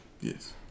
Yes